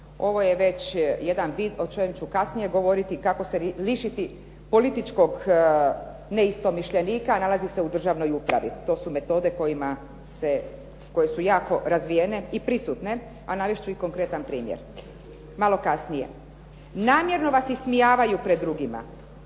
Ovo je već jedan vid o čemu ću kasnije govoriti kako se lišiti političkog neistomišljenika. Nalazi se u državnoj upravi. To su metode koje su jako razvijene i prisutne, a navest ću i konkretan primjer malo kasnije. Namjerno vas ismijavaju pred drugima.